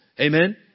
Amen